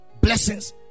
blessings